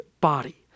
body